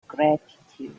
gratitude